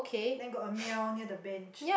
then got a meow near the bench